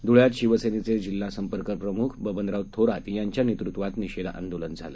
ध्ळ्यात शिवसेनेचे जिल्हा संपर्कप्रमुख बबनराव थोरात यांच्या नेतृत्वात निषेध आंदोलन झालं